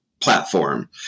platform